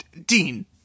dean